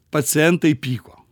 pacientai pyko